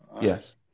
Yes